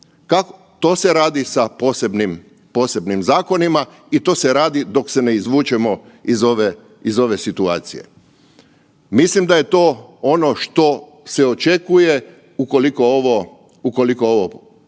To se radi sa posebnim zakonima i to se radi dok se ne izvučemo iz ove situacije. Mislim da je to ono što se očekuje ukoliko ovo potraje.